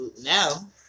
now